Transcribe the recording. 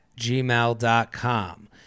gmail.com